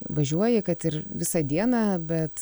važiuoji kad ir visą dieną bet